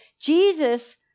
Jesus